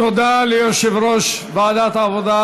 תודה ליושב-ראש ועדת העבודה,